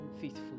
faithful